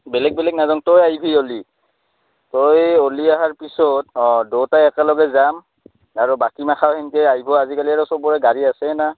বেলেগ বেলেগ নাযাওঁ তই আহহি ওলি তই ওলি অহাৰ পিছত অঁ দউতাই একেলগে যাম আৰু বাকীমাখা সেনকে আহিবি আজিকালি আৰু সবৰে গাড়ী আছেই না